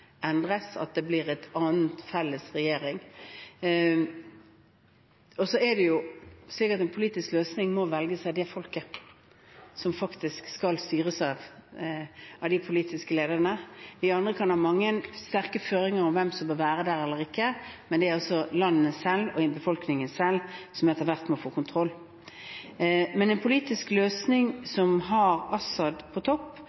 endres, at det blir en annen felles regjering. Og så er det sånn at en politisk løsning må velges av det folket som faktisk skal styres av de politiske lederne. Vi andre kan ha mange sterke føringer om hvem som bør være der eller ikke, men det er altså landet og befolkningen selv som etter hvert må få kontroll. En politisk løsning med Assad på topp